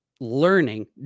learning